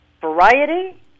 Variety